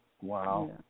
Wow